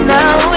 Now